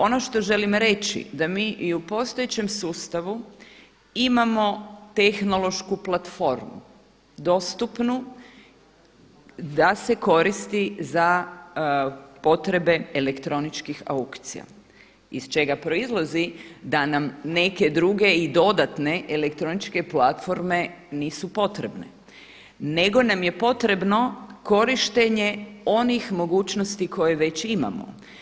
Ono što želim reći da mi i u postojećem sustavu imamo tehnološku platformu dostupnu da se koristi za potrebe elektroničkih aukcija iz čega proizlazi da nam neke druge i dodatne elektroničke platforme nisu potrebne nego nam je potrebno korištenje onih mogućnosti koje već imamo.